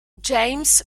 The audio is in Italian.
james